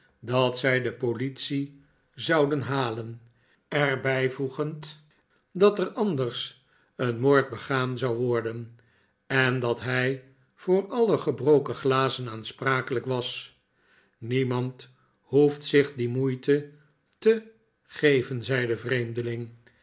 dat zij de politie zouden halen er bijvoegend dat er anders een moord begaan zou worden en dat hij voor alle gebroken glazen aansprakelijk was niemand hoeft zich die moeite te geven zei de vreemdeling